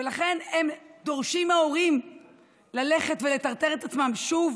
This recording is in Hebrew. ולכן הם דורשים מההורים ללכת ולטרטר את עצמם שוב